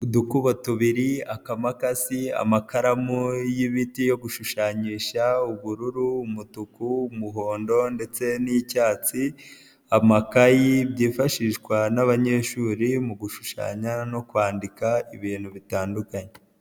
Udukubo tubiri, akamakasi amakaramu y'ibiti yo gushushanyisha, ubururu umutuku, umuhondo ndetse n'icyatsi, amakayi, byifashishwa n'abanyeshuri mu gushushanya no kwandika ibintu bitandukanye.